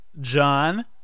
John